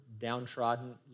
downtrodden